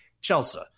Chelsea